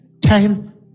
time